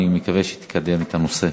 אני מקווה שתקדם את הנושא.